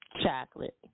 Chocolate